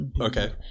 Okay